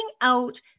out